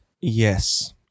yes